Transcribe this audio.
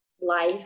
life